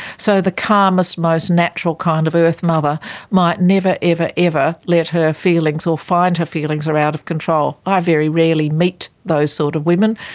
so the calmest most natural kind of earth-mother might never, ever, ever let her feelings or find her feelings are out of control. i very rarely meet those sort of women,